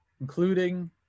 including